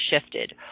shifted